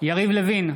יריב לוין,